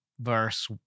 verse